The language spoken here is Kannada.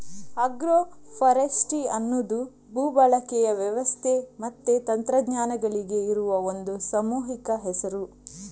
ಆಗ್ರೋ ಫಾರೆಸ್ಟ್ರಿ ಅನ್ನುದು ಭೂ ಬಳಕೆಯ ವ್ಯವಸ್ಥೆ ಮತ್ತೆ ತಂತ್ರಜ್ಞಾನಗಳಿಗೆ ಇರುವ ಒಂದು ಸಾಮೂಹಿಕ ಹೆಸರು